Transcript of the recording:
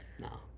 No